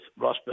Rosberg